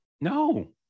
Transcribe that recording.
No